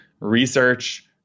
research